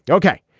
yeah ok.